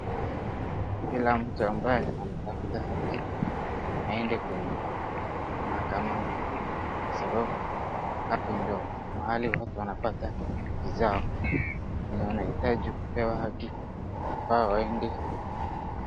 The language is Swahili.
Kila mtu ambaye anatafuta haki aende kwenye mahakamani kwa sababu hapo ndo mahali watu wanapata haki zao. Wenye wanahitaji kupewa haki wafaa waende.